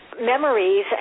memories